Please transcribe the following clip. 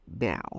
now